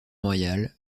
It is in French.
royale